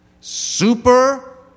Super